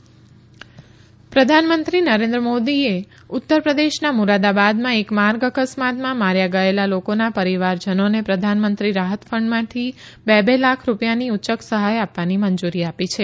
પ્રધાનમંત્રી ઉચ્યક સહાય પ્રધાનમંત્રી નરેન્દ્ર મોદીએ ઉત્તર પ્રદેશના મુરાદાબાદમાં એક માર્ગ અકસ્માતમાં માર્યા ગયેલા લોકોના પરીવારજનોને પ્રધાનમંત્રી રાહત ફંડમાંથી બે બે લાખ રૂપિયાની ઉચ્યક સહાય આપવાની મંજુરી આપી છે